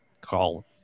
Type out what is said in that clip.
call